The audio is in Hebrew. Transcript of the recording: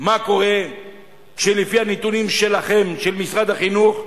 מה קורה כשלפי הנתונים שלכם, של משרד החינוך,